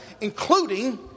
including